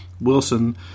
Wilson